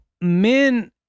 men